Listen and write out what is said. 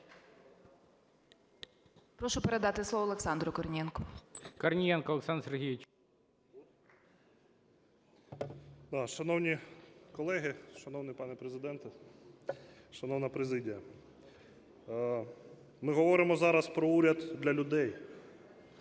Прошу передати слово Олександру Корнієнку.